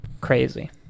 crazy